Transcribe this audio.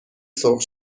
سرخ